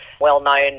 well-known